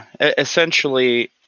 Essentially